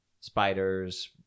spiders